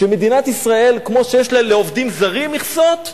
שמדינת ישראל, כמו שיש לה לעובדים זרים מכסות,